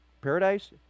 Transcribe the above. Paradise